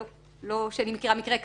לא שאני מכירה מקרה כזה,